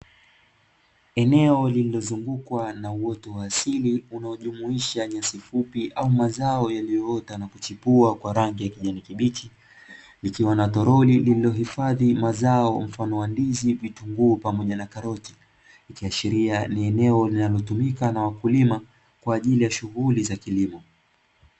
Eneo lililozungukwa na uoto wa asili unaojumuisha nyasi fupi au mazao yaliyoota na kuchipua kwa rangi ya kijani kibichi, ikiwa na toroli lililohifadhi mazao mfano wa ndizi, vitunguu pamoja na karoti ikiashiria ni eneo linalotumika na wakulima kwa ajili ya shughuli za kilimo.